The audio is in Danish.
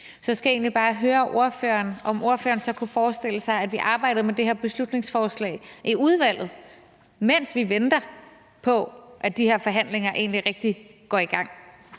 jeg skal egentlig bare høre ordføreren, om ordføreren så kunne forestille sig, at vi arbejdede med det her beslutningsforslag i udvalget, mens vi venter på, at de her forhandlinger egentlig rigtig går i gang.